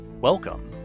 welcome